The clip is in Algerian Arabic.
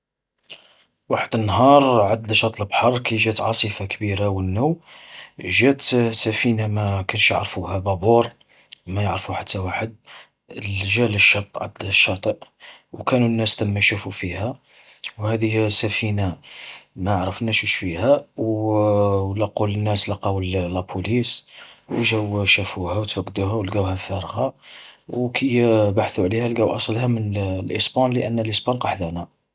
وحد النهار عد شط البحر كي جات عاصفة كبيرة والنو، جات سفينة ما كانوش يعرفوها بابور، ما يعرفو حتى واحد. ل-جا للشط عد الشاطئ، وكانو الناس ثما يشوفو فيها، وهذي سفينة ما عرفناش وش فيها، ولقو الناس لقاوا للا بوليس، وجاو شافوها وتفقدوها ولقاواها فارغة. وكي بحثو عليها لقاوا أصلها من الإسبان لأن الإسبان قا حدانا.